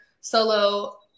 solo